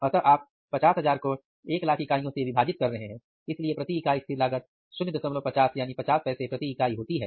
अतः आप ₹50000 को 100000 इकाइयों से विभाजित कर रहे हैं इसलिए प्रति इकाई स्थिर लागत ₹05 यानी 50 पैसे प्रति इकाई होती है